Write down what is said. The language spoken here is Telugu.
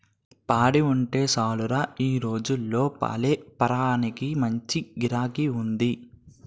పాడి ఉంటే సాలురా ఈ రోజుల్లో పాలేపారానికి మంచి గిరాకీ ఉంది